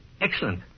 excellent